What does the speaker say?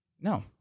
No